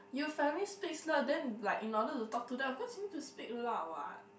you family speak loud then like in order to talk to them of course you need to speak loud what